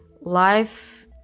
life